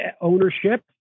ownership